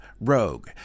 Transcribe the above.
Rogue